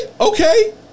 Okay